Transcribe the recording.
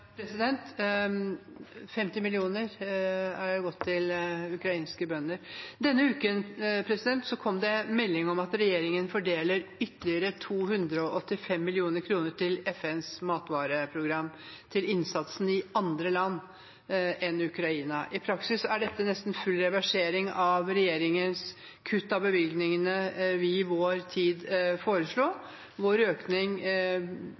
50 mill. kr har gått til ukrainske bønder. Denne uken kom det melding om at regjeringen fordeler ytterligere 285 mill. kr gjennom FNs matvareprogram til innsatsen i andre land enn Ukraina. I praksis er dette en nesten full reversering av regjeringens kutt i bevilgningene vi i vår tid foreslo. Vår økning